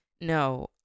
no